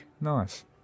Nice